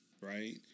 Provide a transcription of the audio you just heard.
right